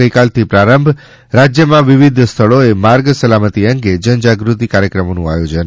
ગઇકાલથી પ્રારંભ રાજ્યમાં વિવિધ સ્થળોએ માર્ગ સલામતી અંગે જનજાગૃતિ કાર્યક્રમોનું આયોજન